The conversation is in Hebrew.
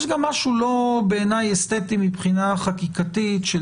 בעיניי יש גם משהו לא אסתטי מבחינה חקיקתית של